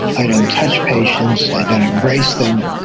i don't touch patients, i don't embrace them,